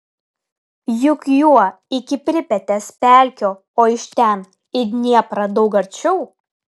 juk juo iki pripetės pelkių o iš ten į dnieprą daug arčiau